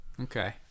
Okay